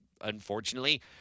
unfortunately